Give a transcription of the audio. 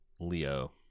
Leo